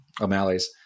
O'Malley's